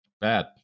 Bad